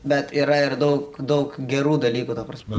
bet yra ir daug daug gerų dalykų ta prasme